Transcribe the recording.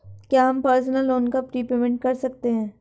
क्या हम personal loan का प्रीपेमेंट कर सकते हैं?